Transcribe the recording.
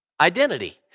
identity